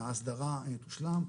שההסדרה תושלם,